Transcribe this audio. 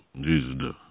Jesus